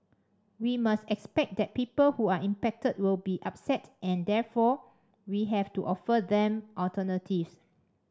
we must expect that people who are impacted will be upset and therefore we have to offer them alternatives